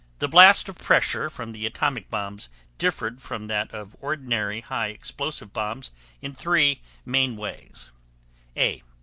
the blast of pressure from the atomic bombs differed from that of ordinary high explosive bombs in three main ways a.